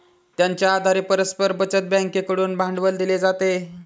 त्यांच्या आधारे परस्पर बचत बँकेकडून भांडवल दिले जाते